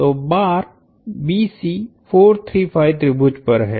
तो बार BC 4 3 5 त्रिभुज पर है